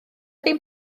ddim